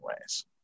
ways